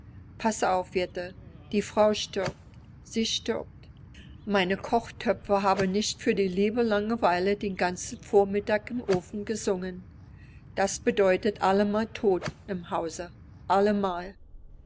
jette die frau stirbt sie stirbt meine kochtöpfe haben nicht für die liebe langeweile den ganzen vormittag im ofen gesungen das bedeutet allemal tod im hause allemal